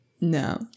No